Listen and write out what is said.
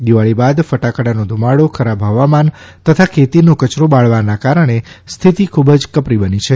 દીવાળી બાદ ફટાકડાનો ધુમાડો ખરાબ હવામાન તથા ખેતીનો કયરો બાળવાના કારણે સ્થિતિ ખૂબ જ કપરી બની છે